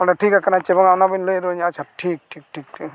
ᱚᱸᱰᱮ ᱴᱷᱤᱠ ᱟᱠᱟᱱᱟ ᱪᱮ ᱵᱟᱝᱟ ᱚᱱᱟᱵᱤᱱ ᱞᱟᱹᱭ ᱫᱩᱜ ᱟᱧᱟᱹ ᱟᱪᱪᱷᱟ ᱴᱷᱤᱠ ᱴᱷᱤᱠ ᱴᱷᱤᱠ